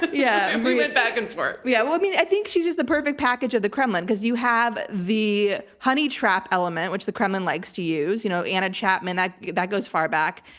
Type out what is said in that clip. but yeah and we went back and forth. yeah. well, i think she's just the perfect package of the kremlin, because you have the honey trap element, which the kremlin likes to use. you know, anna chapman, that that goes far back.